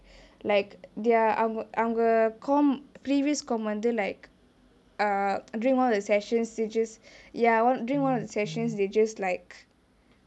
like they're அவங்~ அவங்கே:avung~ avangae committee previous committee வந்து:vanthu like err during one of the session they just ya during one of the sessions they just like